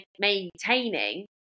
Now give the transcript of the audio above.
maintaining